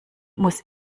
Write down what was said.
muss